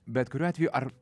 bet kuriuo atveju ar